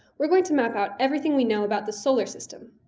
we're going to map out everything we know about the solar system.